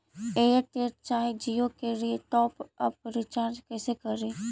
Airtel चाहे जियो के लिए टॉप अप रिचार्ज़ कैसे करी?